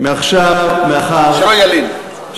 הוא לא מוגבל בזמן, אבל הוא גם נהנה, שלא ילין.